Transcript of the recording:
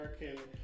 American